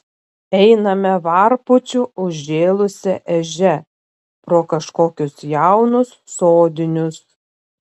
einame varpučiu užžėlusia ežia pro kažkokius jaunus sodinius